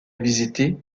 visité